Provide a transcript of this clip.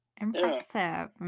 Impressive